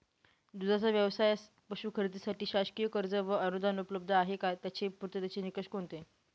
दूधाचा व्यवसायास पशू खरेदीसाठी शासकीय कर्ज व अनुदान उपलब्ध आहे का? त्याचे पूर्ततेचे निकष कोणते?